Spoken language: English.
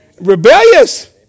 rebellious